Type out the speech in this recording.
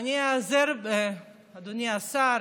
אדוני השר,